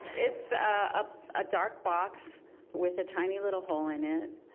it's ah a dark box with a tiny, little hole in it.